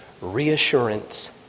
Reassurance